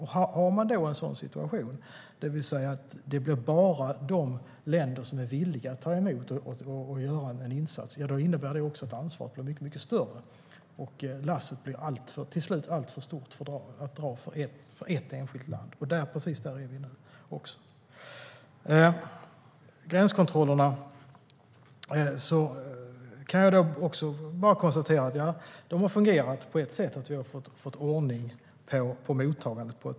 Om situationen då är sådan att det bara är vissa länder som är villiga att ta emot flyktingar och göra en insats blir också ansvaret mycket större. Till slut blir lasset alltför stort att dra för ett enskilt land. Där är vi nu. När det gäller gränskontrollerna kan jag konstatera att de på ett sätt har fungerat; vi har fått ordning på mottagandet.